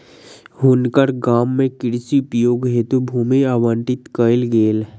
हुनकर गाम में कृषि उपयोग हेतु भूमि आवंटित कयल गेल